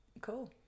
Cool